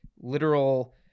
literal